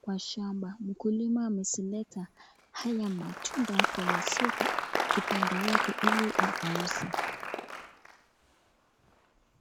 kwa shamba mkulima amezileta haya matunda kwenye soko ama kibanda yake ili akauze.